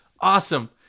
Awesome